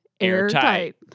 airtight